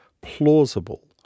plausible